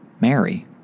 Mary